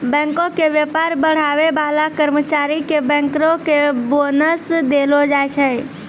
बैंको के व्यापार बढ़ाबै बाला कर्मचारी के बैंकरो के बोनस देलो जाय छै